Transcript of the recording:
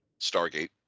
Stargate